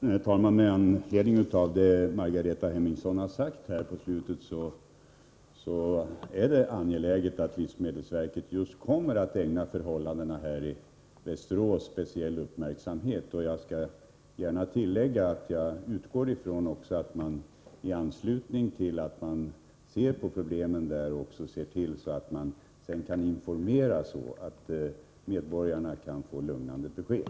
Herr talman! Med anledning av vad Margareta Hemmingsson sade i slutet av sitt anförande vill jag framhålla att det är angeläget att livsmedelsverket ägnar förhållandena i Västerås speciell uppmärksamhet. Jag vill gärna tillägga att jag också utgår ifrån att man i anslutning härtill lämnar sådan information att medborgarna får lugnande besked.